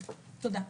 תודה.